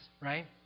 right